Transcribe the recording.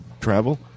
Travel